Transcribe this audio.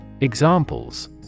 Examples